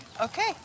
Okay